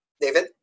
David